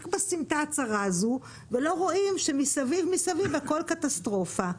רק בסמטה הצרה הזו ולא רואים שמסביב מסביב הכול קטסטרופה.